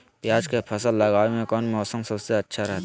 प्याज के फसल लगावे में कौन मौसम सबसे अच्छा रहतय?